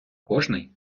кожний